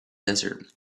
desert